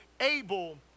Abel